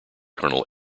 colonel